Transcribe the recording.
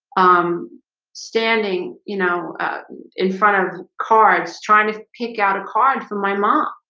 um standing, you know in front of cards trying to pick out a card from my mom,